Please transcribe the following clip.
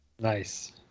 nice